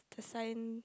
the sign